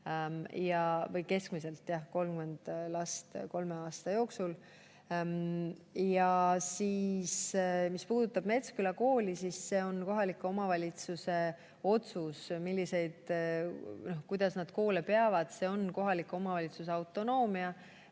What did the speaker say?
jooksul. Mis puudutab Metsküla kooli, siis see on kohaliku omavalitsuse otsus, kuidas ta koole peab. See on kohaliku omavalitsuse autonoomia.